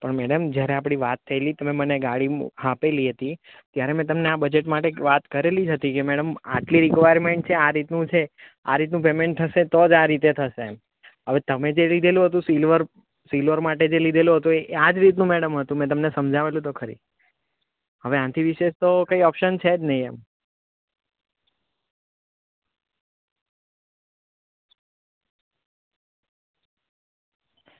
પણ મેડમ જ્યારે આપણી વાત થયેલી તમે મને ગાડી આપેલી હતી ત્યારે મેં તમને આ બજેટ માટે વાત કરેલી જ હતી કે મેડમ આટલી રિકવાયરમેન્ટ છે આ રીતનું છે આ રીતનું પેમેન્ટ થશે તો જ આ રીતે થશે એમ હવે તમે જે લીધેલું હતું સિલ્વર સિલ્વર માટે જે લીધેલું હતું એ આ જ રીતનું મેડમ હતું મેં તમને સમજાવેલું તો ખરી હવે આનાથી વિશેષ તો કંઈ ઓપ્શન છે જ નહીં એમ